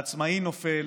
העצמאי נופל